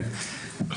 כן,